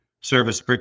service